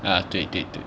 啊对对对